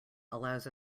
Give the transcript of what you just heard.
allows